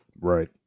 Right